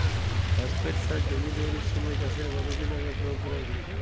Phosphate সার জমি তৈরির সময় চাষের কত দিন আগে প্রয়োগ করা উচিৎ?